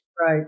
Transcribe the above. Right